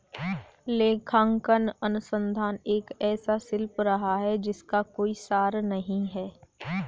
लेखांकन अनुसंधान एक ऐसा शिल्प रहा है जिसका कोई सार नहीं हैं